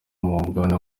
mugabane